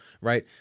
right